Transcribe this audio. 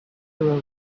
will